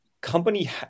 company